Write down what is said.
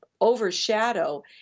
overshadow